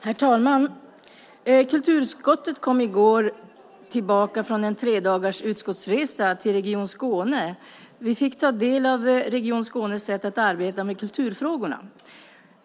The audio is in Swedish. Herr talman! Kulturutskottet kom i går tillbaka från en tredagars utskottsresa till Region Skåne. Vi fick ta del av Region Skånes sätt att arbeta med kulturfrågorna.